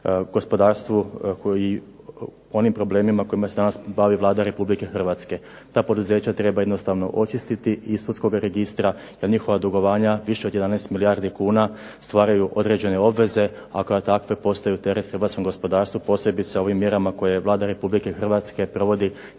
gospodarstvu koje je u onim problemima kojima se bavi Vlada Republike Hrvatske. Ta poduzeća treba jednostavno očistiti iz sudskoga registra jer njihova dugovanja od 11 milijuna kuna stvaraju određene obveze, a kao takva postaju teret hrvatskom gospodarstvu posebice ovim mjerama kojima Vlada Republike Hrvatske provodi